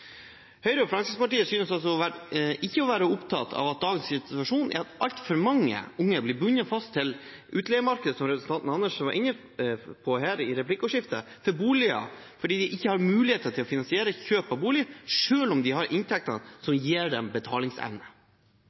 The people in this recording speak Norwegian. Høyre og Fremskrittspartiet synes ikke å være opptatt av at dagens situasjon – som representanten Karin Andersen var inne på i replikkordskiftet – er at altfor mange unge blir bundet fast til utleiemarkedet for boliger fordi de ikke har mulighet til å finansiere kjøp av bolig selv om de har inntekter som gir dem betalingsevne.